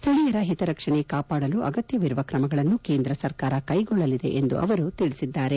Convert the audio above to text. ಸ್ಟಳೀಯರ ಹಿತರಕ್ಷಣೆ ಕಾಪಾಡಲು ಅಗತ್ತವಿರುವ ಕ್ರಮಗಳನ್ನು ಕೇಂದ್ರ ಸರ್ಕಾರ ಕೈಗೊಳ್ಳಲಿದೆ ಎಂದು ಅವರು ತಿಳಿಬಿದರು